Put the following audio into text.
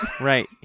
Right